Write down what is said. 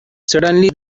suddenly